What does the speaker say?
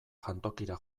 jantokira